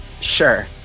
sure